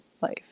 life